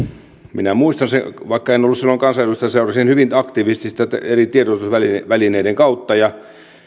minä muistan sen vaikka en ollut silloin kansanedustaja seurasin hyvin aktiivisesti sitä eri tiedotusvälineiden kautta